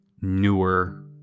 newer